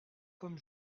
comme